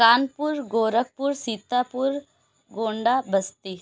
Kanpur Gorakhpur Sitapur Gonda Basti